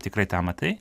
tikrai tą matai